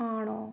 ആണോ